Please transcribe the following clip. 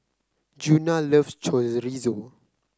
Djuna loves Chorizo